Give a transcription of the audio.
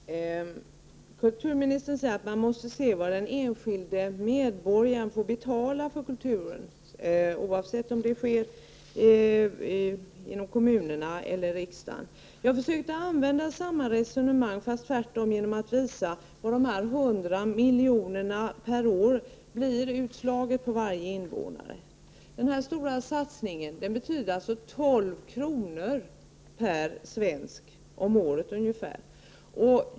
Herr talman! Kulturministern sade att vi måste se till vad den enskilde medborgaren får betala för kulturen, oavsett om detta sker genom kommunerna eller genom riksdagen. Jag försökte använda samma resonemang fast omvänt genom att visa vad de 100 miljonerna per år blir utslaget på invånarantalet. Denna satsning betyder alltså ungefär 12 kr. per svensk om året.